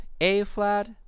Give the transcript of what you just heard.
A-flat